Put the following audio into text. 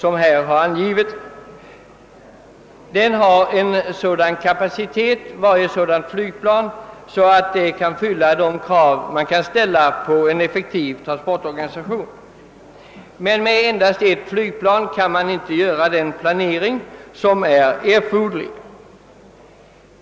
Varje sådant flygplan har en sådan kapacitet att det i och för sig uppfyller de krav man kan ställa på en effektiv transportorganisation. Med endast ett flygplan kan emellertid planeringens krav inte tillgodoses i erforderlig utsträckning.